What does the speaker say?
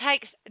takes